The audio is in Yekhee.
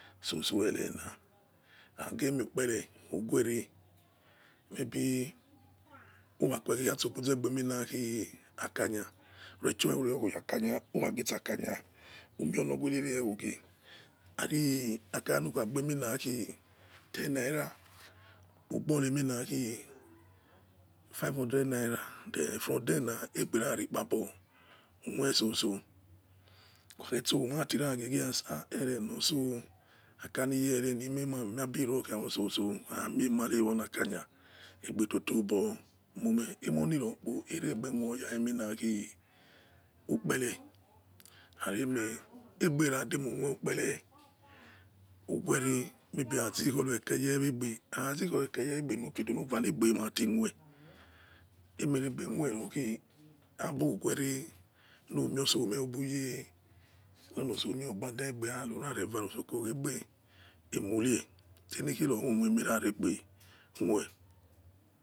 Soso erena agemi ukpere uguere ukhege urakue kisebuzegbemina akanya jusi your kuyakanya urage sakanya umiono were wogie ari akanya nukhage ten naira ugori five hundred naira for there na egbera-ikpabo moisoso ukhakhesowa uratiya gigie ha erena otso akanya niye erena imoimamiobirokio soso amiemare wonakanya egbetotobomume emoni rokpo eregbe moya eminaki ukpere rari eme egberademu moiukpere ugwere maybe azikho reke yewegbe akhazikoreke yewebe nuchioware ukafidono egbematimoi emeregbemoirokhi abuguere numio some webuyeh onosome ogbadaegbeya utsoko egbe ewore senikiro umoi meraregebe mue,